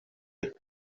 you